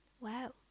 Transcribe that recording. wow